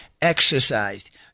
exercised